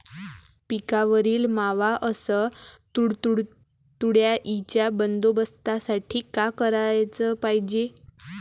पिकावरील मावा अस तुडतुड्याइच्या बंदोबस्तासाठी का कराच पायजे?